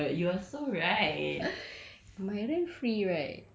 oh my god you're so right